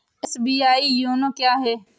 SBI YONO क्या है?